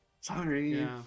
sorry